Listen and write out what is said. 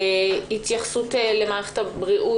התייחסות למערכת הבריאות.